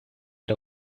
der